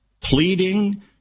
pleading